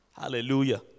Hallelujah